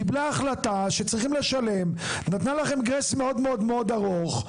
קיבלה החלטה שצריך לשלם ונתנה לכם --- מאוד מאוד ארוך.